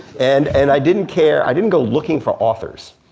and and i didn't care, i didn't go looking for authors.